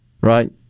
right